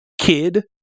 kid